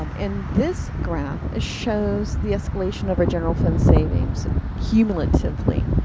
um and this graph ah shows the escalation of our general fund savings cumulatively.